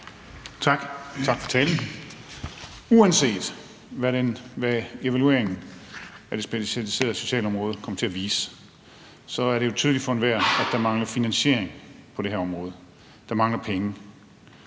tak for talen. Uanset hvad evalueringen af det specialiserede socialområde kommer til at vise, er det jo tydeligt for enhver, at der mangler finansiering på det her område. Der mangler penge.